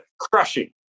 Crushing